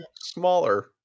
smaller